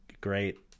great